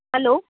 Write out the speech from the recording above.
hello